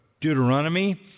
Deuteronomy